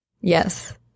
Yes